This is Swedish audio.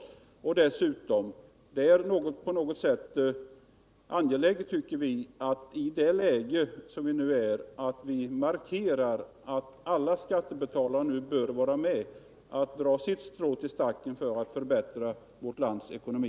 Vi tycker dessutom att det är angeläget att vi i det läge vi nu befinner oss i markerar att alla skattebetalare bör vara med och dra sitt strå till stacken för att förbättra vårt lands ekonomi.